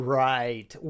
right